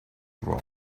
wrong